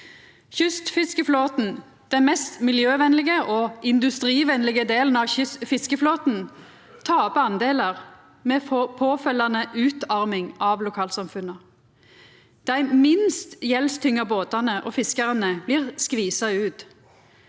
Kystfiskeflåten, den mest miljøvenlege og industrivenlege delen av fiskeflåten, tapar andelar med følgjande utarming av lokalsamfunna. Dei minst gjeldstynga båtane og fiskarane blir skvisa ut.